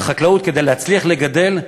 כדי להצליח לגדל,